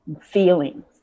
feelings